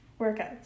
workouts